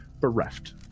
bereft